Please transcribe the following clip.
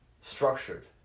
structured